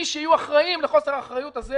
ומי שיהיו אחראים לחוסר האחריות הזה